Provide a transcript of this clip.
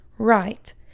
Right